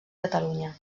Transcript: catalunya